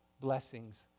blessings